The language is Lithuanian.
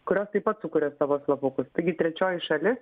kurios taip pat sukuria savo slapukus taigi trečioji šalis